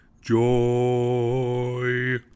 joy